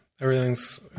everything's